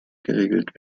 geregelt